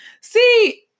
See